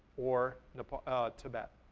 or and ah tibet.